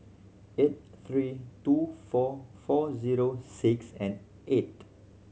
eight three two four four zero six and eight